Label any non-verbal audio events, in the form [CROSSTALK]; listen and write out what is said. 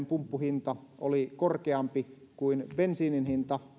[UNINTELLIGIBLE] pumppuhinta oli korkeampi kuin bensiinin hinta